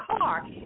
car